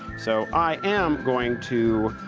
so i am going to,